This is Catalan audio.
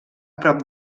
prop